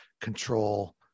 control